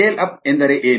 scale up ಎಂದರೆ ಏನು